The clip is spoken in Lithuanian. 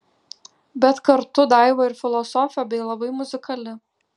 bet kartu daiva ir filosofė bei labai muzikali